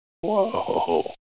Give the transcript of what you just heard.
Whoa